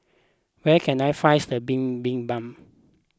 where can I finds the Bibimbap